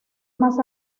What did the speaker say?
más